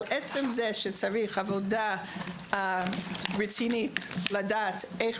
אבל עצם זה שיש צורך בעבודה רצינית כדי לדעת איך